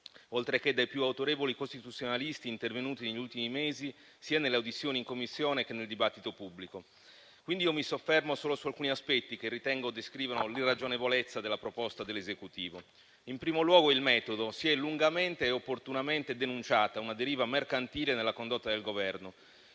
oltre che dai più autorevoli costituzionalisti intervenuti negli ultimi mesi, sia nelle audizioni in Commissione che nel dibattito pubblico. Quindi, io mi soffermo solo su alcuni aspetti che ritengo descrivano l'irragionevolezza della proposta dell'Esecutivo. In primo luogo, mi soffermo sul metodo: si è lungamente e opportunamente denunciata una deriva mercantile nella condotta del Governo.